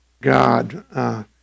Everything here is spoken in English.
God